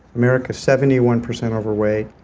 america is seventy one percent overweight.